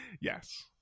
Yes